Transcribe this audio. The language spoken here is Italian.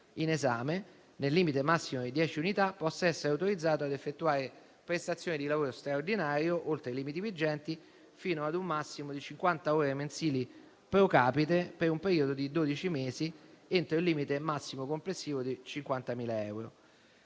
in esame, nel limite massimo di dieci unità, possa essere utilizzato a effettuare prestazioni di lavoro straordinario oltre i limiti vigenti, fino a un massimo di cinquanta ore mensili pro capite per un periodo di dodici mesi, entro il limite massimo complessivo di 50.000 euro.